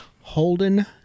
Holden